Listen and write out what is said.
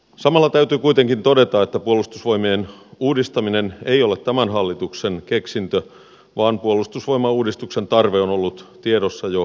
samalla täytyy kuitenkin todeta että puolustusvoimien uudistaminen ei ole tämän hallituksen keksintö vaan puolustusvoimauudistuksen tarve on ollut tiedossa jo vuosien ajan